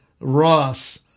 Ross